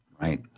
Right